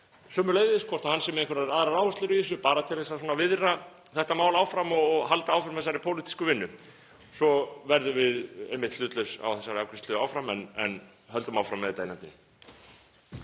sömuleiðis, hvort hann sé með einhverjar aðrar áherslur í þessu, bara til að viðra þetta mál áfram og halda áfram þessari pólitísku vinnu. Svo verðum við einmitt hlutlaus á þessari afgreiðslu áfram en höldum áfram með þetta í nefndinni.